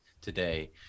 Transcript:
today